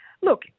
Look